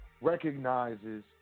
recognizes